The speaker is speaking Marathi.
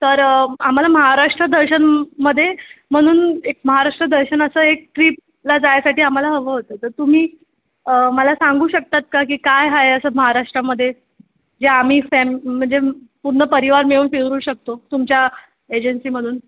तर आम्हाला महाराष्ट्रदर्शनमध्ये म्हणून एक महाराष्ट्रदर्शन असं एक ट्रिपला जायसाठी आम्हाला हवं होतं तर तुम्ही मला सांगू शकतात का की काय आहे असं महाराष्ट्रामध्ये जे आम्ही फॅम म्हणजे पूर्ण परिवार मिळून फिरू शकतो तुमच्या एजन्सीमधून